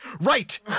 Right